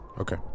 Okay